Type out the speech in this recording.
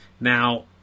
Now